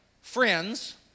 Friends